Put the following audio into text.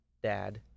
dad